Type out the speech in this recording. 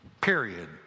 period